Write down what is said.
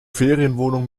ferienwohnung